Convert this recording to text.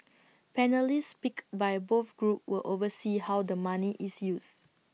panellists picked by both groups will oversee how the money is used